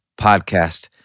podcast